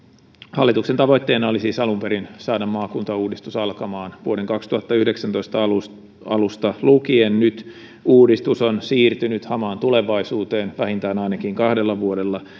hallituksen tavoitteena oli siis alun perin saada maakuntauudistus alkamaan vuoden kaksituhattayhdeksäntoista alusta alusta lukien nyt uudistus on siirtynyt hamaan tulevaisuuteen vähintään ainakin kahdella vuodella